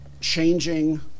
changing